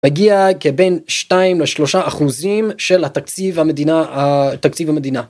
מגיע כבין 2-3 אחוזים של תקציב המדינה.